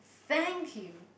thank you